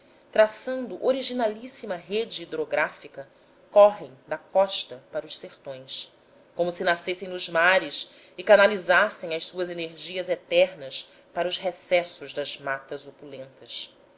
traçando originalíssima rede hidrográfica correm da costa para os sertões como se nascessem nos mares e canalizassem as suas energias eternas para os recessos das matas opulentas